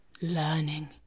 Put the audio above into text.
learning